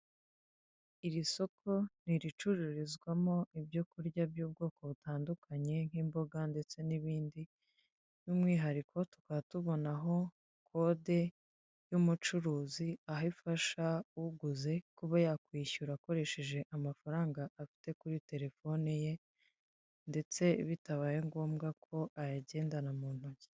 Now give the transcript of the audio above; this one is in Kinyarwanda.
Iri soko ntiricururizwamo ibyo kurya by'ubwoko butandukanye, nk'imboga ndetse n'ibindi, by'umwihariko tukaba tubona aho kode y'umucuruzi aho ifasha uguze kuba yakwishyura akoresheje amafaranga afite kuri telefone ye, ndetse bitabaye ngombwa ko ayagendana mu ntoki.